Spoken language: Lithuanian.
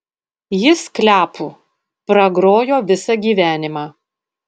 jis kliapu pragrojo visą gyvenimą